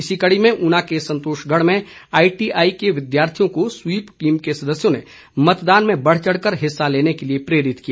इसी कड़ी में ऊना के संतोषगढ़ में आईटीआई के विद्यार्थियों को स्वीप टीम के सदस्यों ने मतदान में बढ़चढ़ कर हिस्सा लेने के लिए प्रेरित किया